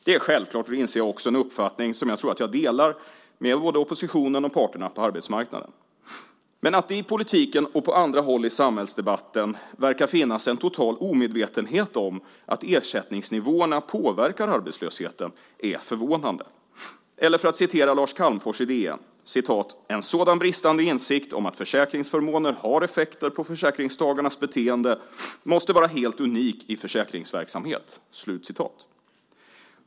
Det är självklart - det inser jag också - en uppfattning som jag tror att jag delar med både oppositionen och parterna på arbetsmarknaden. Men att det i politiken och på andra håll i samhällsdebatten verkar finnas en total omedvetenhet om att ersättningsnivåerna påverkar arbetslösheten är förvånande, eller för att citera Lars Calmfors i DN: "En sådan bristande insikt om att försäkringsförmåner har effekter på försäkringstagarnas beteende måste vara helt unik i försäkringsverksamhet."